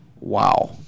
Wow